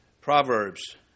Proverbs